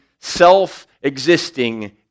self-existing